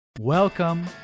Welcome